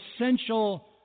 essential